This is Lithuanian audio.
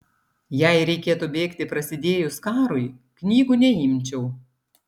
jei reikėtų bėgti prasidėjus karui knygų neimčiau